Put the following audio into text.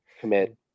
commit